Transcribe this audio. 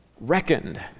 reckoned